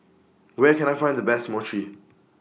Where Can I Find The Best Mochi